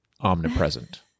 omnipresent